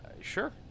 Sure